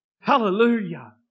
Hallelujah